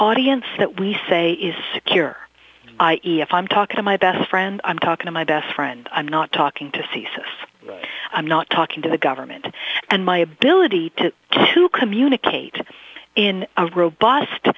audience that we say is secure if i'm talking to my best friend i'm talking to my best friend i'm not talking to c c s i'm not talking to the government and my ability to to communicate in a robust